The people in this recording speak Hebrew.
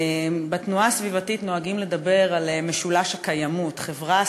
בתנועה הסביבתית נוהגים לדבר על "משולש הקיימוּת": חברה,